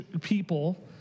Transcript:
people